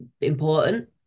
important